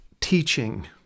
Teaching